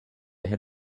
hit